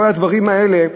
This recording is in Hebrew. כל הדברים האלה,